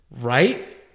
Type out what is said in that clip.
right